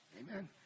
Amen